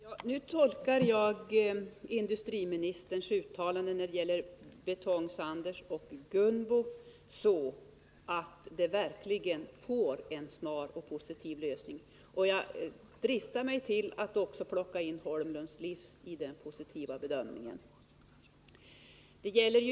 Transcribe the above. Fru talman! Nu tolkar jag industriministerns uttalande när det gäller AB Betong-Sander och Gunbo Fabriker AB så, att problemen där verkligen får en snar och positiv lösning. Jag dristar mig till att också plocka in AB Holmlunds Livsmedel i den positiva bedömningen.